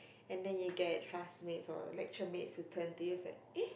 and then you get classmates or lecture mates who turn to you and said eh